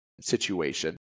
situation